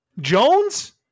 Jones